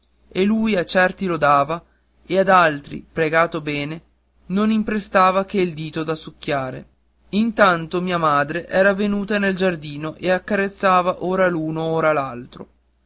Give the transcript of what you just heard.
e lui a certi lo dava ed ad altri pregato bene non imprestava che il dito da succhiare intanto mia madre era venuta nel giardino e accarezzava ora l'uno ora